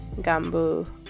gambo